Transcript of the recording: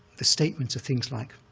the statements are things like,